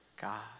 God